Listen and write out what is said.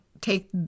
take